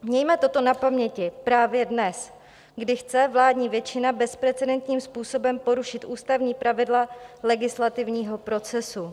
Mějme toto na paměti právě dnes, kdy chce vládní většina bezprecedentním způsobem porušit ústavní pravidla legislativního procesu.